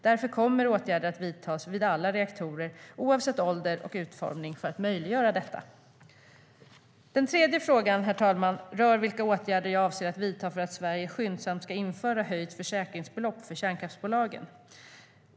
Därför kommer åtgärder att vidtas vid alla reaktorer oavsett ålder och utformning för att möjliggöra detta. Den tredje frågan, herr talman, rör vilka åtgärder jag avser att vidta för att Sverige skyndsamt ska införa höjt försäkringsbelopp för kärnkraftsbolagen.